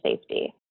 safety